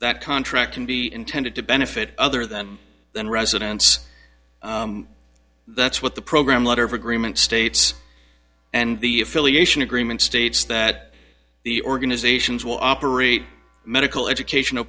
that contract can be intended to benefit other than than residence that's what the program letter of agreement states and the affiliation agreement states that the organizations will opery medical educational